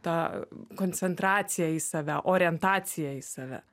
ta koncentracija į save orientacija į save